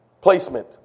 Placement